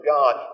God